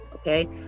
Okay